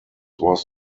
was